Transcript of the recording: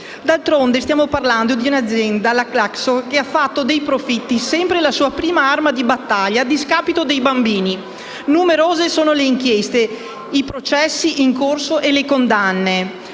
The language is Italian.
D'altronde, stiamo parlando di un'azienda, la Glaxo, che ha fatto dei profitti sempre la sua prima arma di battaglia a discapito dei bambini. Numerose sono le inchieste, i processi in corso e le condanne.